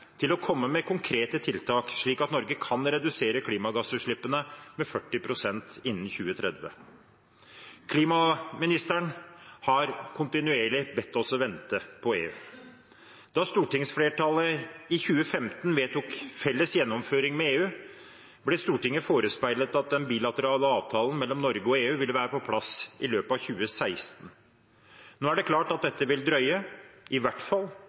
til å komme med konkrete tiltak, slik at Norge kan redusere klimagassutslippene med 40 pst. innen 2030. Klimaministeren har kontinuerlig bedt oss om å vente på EU. Da stortingsflertallet i 2015 vedtok felles gjennomføring med EU, ble Stortinget forespeilet at den bilaterale avtalen mellom Norge og EU ville være på plass i løpet av 2016. Nå er det klart at dette vil drøye, i hvert fall